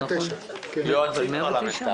עמוד 109,